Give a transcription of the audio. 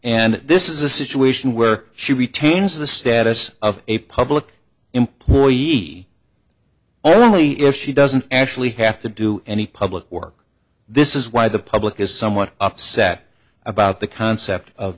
and this is a situation where she retains the status of a public employee only if she doesn't actually have to do any public work this is why the public is somewhat upset about the concept of